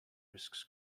risks